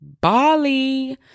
Bali